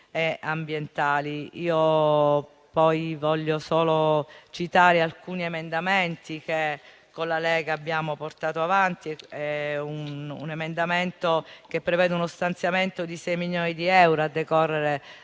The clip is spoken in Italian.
e ambientali. Vorrei poi citare alcuni emendamenti che come Lega abbiamo portato avanti. Il primo è un emendamento che prevede uno stanziamento di 6 milioni di euro a decorrere